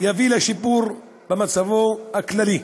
יביא לשיפור במצבו הכללי.